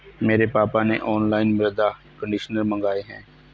मेरे पापा ने ऑनलाइन मृदा कंडीशनर मंगाए हैं